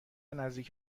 نزدیک